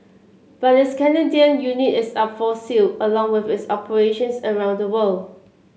but this Canadian unit is up for sale along with its operations around the world